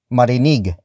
Marinig